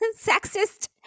Sexist